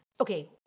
Okay